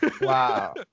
Wow